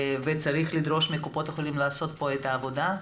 וצריך לדרוש מקופות החולים לעשות פה את העבודה.